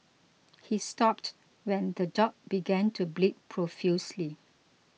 he stopped when the dog began to bleed profusely